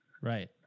Right